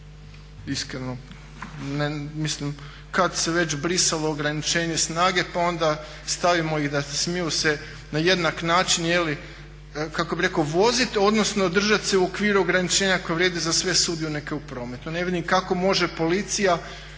Iskreno kada se već brisalo ograničenje snage pa onda stavimo i da smiju se na jednak način kako bih rekao voziti odnosno držati se u okviru ograničenja koja vrijede za sve sudionike u prometu.